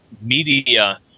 media